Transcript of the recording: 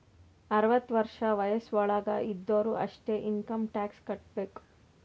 ಅರ್ವತ ವರ್ಷ ವಯಸ್ಸ್ ವಳಾಗ್ ಇದ್ದೊರು ಅಷ್ಟೇ ಇನ್ಕಮ್ ಟ್ಯಾಕ್ಸ್ ಕಟ್ಟಬೇಕ್